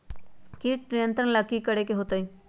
किट नियंत्रण ला कि करे के होतइ?